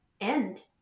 end